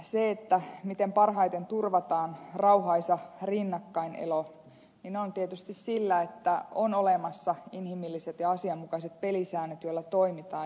se miten parhaiten turvataan rauhaisa rinnakkainelo tapahtuu tietysti sillä että on olemassa inhimilliset ja asianmukaiset pelisäännöt joilla toimitaan